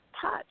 touch